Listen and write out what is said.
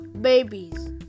babies